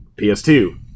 PS2